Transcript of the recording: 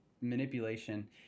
manipulation